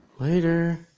Later